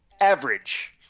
Average